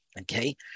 okay